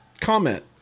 comment